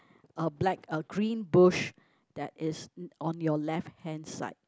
a black a greenbush that is on your left hand side